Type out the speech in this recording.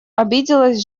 обиделась